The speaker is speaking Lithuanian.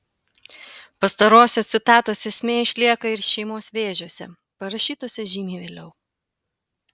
pastarosios citatos esmė išlieka ir šeimos vėžiuose parašytuose žymiai vėliau